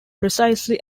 precisely